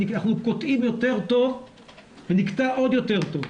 אנחנו קוטעים יותר טוב ונקטע עוד יותר טוב.